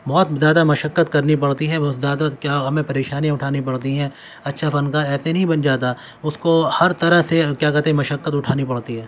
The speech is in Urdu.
بہت زیادہ مشقت کرنی پڑتی ہے بہت زیادہ کیا ہمیں پریشانی اٹھانی پڑتی ہیں اچھا فنکار ایسے نہیں بن جاتا اس کو ہر طرح سے کیا کہتے ہیں مشقت اٹھانی پڑتی ہے